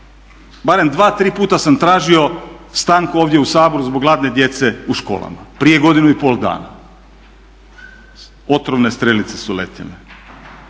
barem 2-3 puta sam tražio stanku ovdje u Saboru zbog gladne djece u školama, prije godinu i pol dana. Otrovne strelice su letjele.